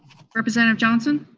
representative johnson?